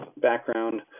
background